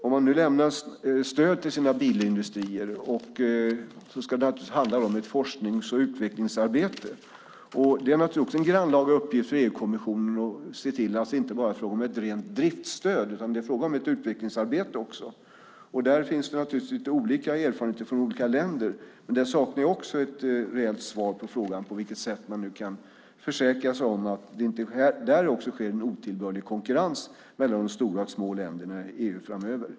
Om man nu lämnar stöd till sina bilindustrier ska det naturligtvis handla om forsknings och utvecklingsarbete. Det är självklart också en grannlaga uppgift för EU-kommissionen att se till att det inte bara är fråga om ett rent driftsstöd, utan om ett utvecklingsarbete också. Där finns naturligtvis lite olika erfarenheter från olika länder. Jag saknar ett reellt svar på frågan på vilket sätt man nu kan försäkra sig om att det inte också där sker en otillbörlig konkurrens mellan de stora och de små länderna i EU framöver.